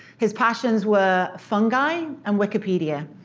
his passions were fungi and wikipedia.